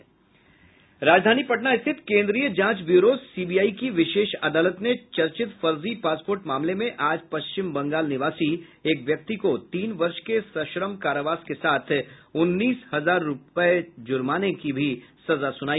राजधानी पटना स्थित केंद्रीय जांच ब्यूरो सीबीआई की विशेष अदालत ने चर्चित फर्जी पासपोर्ट मामले में आज पश्चिम बंगाल निवासी एक व्यक्ति को तीन वर्ष के सश्रम कारावास के साथ उन्नीस हजार रुपये का जुर्माना भी किया